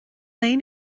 aon